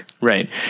Right